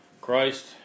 Christ